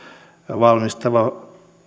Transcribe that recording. valmistava